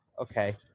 Okay